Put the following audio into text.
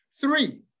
Three